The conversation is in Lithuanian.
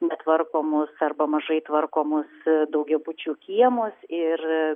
netvarkomus arba mažai tvarkomus daugiabučių kiemus ir